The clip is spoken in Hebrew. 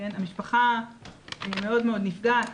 המשפחה מאוד מאוד נפגעת,